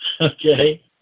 okay